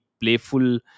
playful